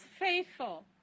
faithful